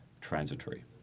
transitory